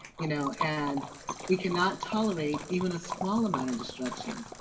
you know and we cannot tolerate even a small amount of destruction.